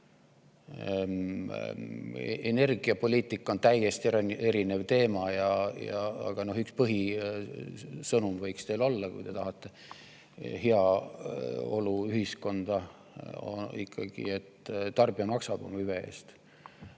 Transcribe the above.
Energiapoliitika on täiesti eraldi teema, aga üks põhisõnum võiks teil olla: et kui te tahate heaoluühiskonda, siis tarbija maksab oma hüve eest.